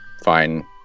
fine